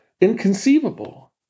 inconceivable